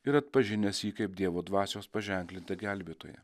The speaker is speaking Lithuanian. ir atpažinęs jį kaip dievo dvasios paženklintą gelbėtoją